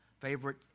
favorite